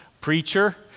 preacher